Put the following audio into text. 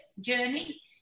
journey